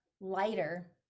lighter